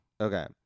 Okay